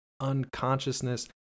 unconsciousness